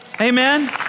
Amen